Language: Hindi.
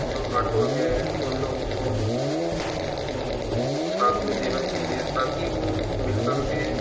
जो ऑटो है उन लोगों को साथ में देना चाहिए ताकि वो मिल करके